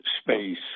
space